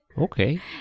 Okay